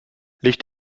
licht